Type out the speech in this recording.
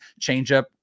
changeup